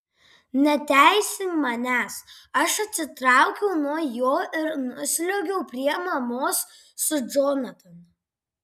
neteisink manęs aš atsitraukiau nuo jo ir nusliuogiau prie mamos su džonatanu